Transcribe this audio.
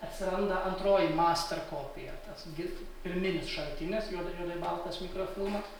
atsiranda antroji master kopija tas gi pirminis šaltinis juodai juodai baltas mikrofilmas